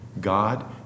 God